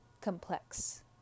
complex